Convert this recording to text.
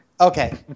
okay